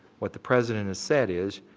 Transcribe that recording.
what the president has said is,